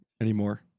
anymore